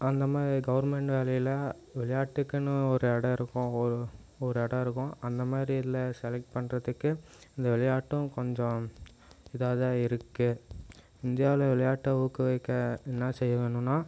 அந்த மாதிரி கவர்மெண்ட் வேலையில் விளையாட்டுக்குன்னு ஒரு இடம் இருக்கும் ஒ ஒரு இடம் இருக்கும் அந்த மாதிரில செலக்ட் பண்ணுறத்துக்கு இந்த விளையாட்டும் கொஞ்சம் இதாக தான் இருக்குது இந்தியாவில் விளையாட்டை ஊக்குவிக்க என்ன செய்யணும்னா